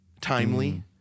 timely